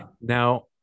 Now